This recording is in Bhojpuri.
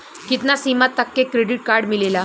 कितना सीमा तक के क्रेडिट कार्ड मिलेला?